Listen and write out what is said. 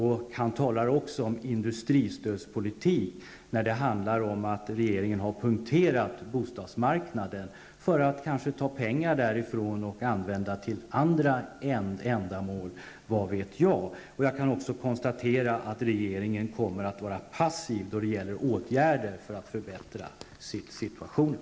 Han talar också om industristödspolitik, när det handlar om att regeringen har punkterat bostadsmarknaden för att kanske ta pengar därifrån och använda till andra ändamål -- vad vet jag. Jag kan också konstatera att regeringen kommer att vara passiv då det gäller åtgärder för att förbättra situationen.